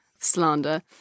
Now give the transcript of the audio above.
slander